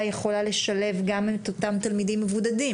יכולה לשלב גם את אותם תלמידים מבודדים?